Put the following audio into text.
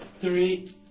three